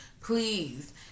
Please